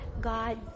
God